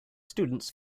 students